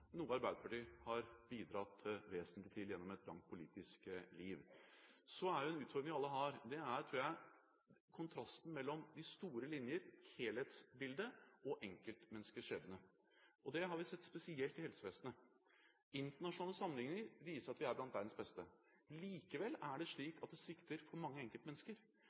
noe Arbeiderpartiet har bidratt vesentlig til gjennom et langt politisk liv. En utfordring vi alle har, tror jeg, er kontrasten mellom de store linjer, helhetsbildet, og enkeltmenneskers skjebne. Det har vi sett spesielt i helsevesenet. Internasjonale sammenligninger viser at vi er blant verdens beste. Likevel er det slik at det svikter for mange enkeltmennesker.